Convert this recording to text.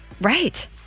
Right